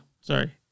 sorry